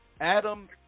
Adam